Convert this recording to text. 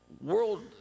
world